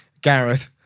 Gareth